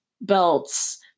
belts